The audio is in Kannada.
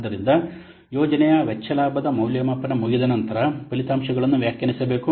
ಆದ್ದರಿಂದ ಯೋಜನೆಯ ವೆಚ್ಚ ಲಾಭದ ಮೌಲ್ಯಮಾಪನ ಮುಗಿದ ನಂತರ ಫಲಿತಾಂಶಗಳನ್ನು ವ್ಯಾಖ್ಯಾನಿಸಬೇಕು